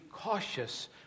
Cautious